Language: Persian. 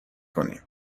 کنیم